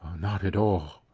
not at all.